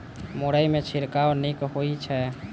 मुरई मे छिड़काव नीक होइ छै?